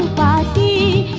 da